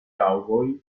cowboy